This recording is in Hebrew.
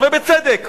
ובצדק,